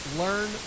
learn